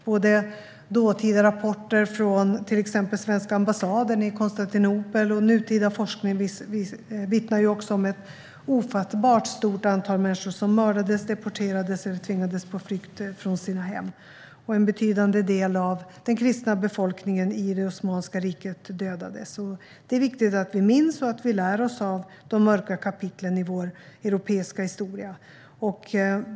Både dåtida rapporter från till exempel svenska ambassaden i Konstantinopel och nutida forskning vittnar om ett ofattbart stort antal människor som mördades, deporterades eller tvingades på flykt från sina hem. En betydande del av den kristna befolkningen i Osmanska riket dödades. Det är viktigt att vi minns och lär oss av de mörka kapitlen i vår europeiska historia.